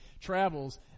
travels